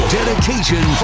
Dedication